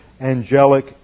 angelic